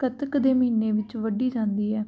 ਕੱਤਕ ਦੇ ਮਹੀਨੇ ਵਿੱਚ ਵੱਢੀ ਜਾਂਦੀ ਹੈ